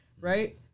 right